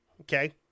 Okay